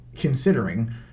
considering